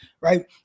right